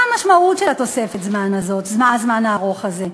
מה המשמעות של תוספת הזמן הזאת, הזמן הארוך הזה?